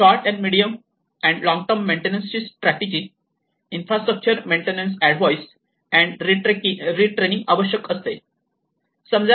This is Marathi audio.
short and medium and long term maintenance strategy infrastructure maintenance advice and retraining आवश्यक असते